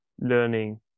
learning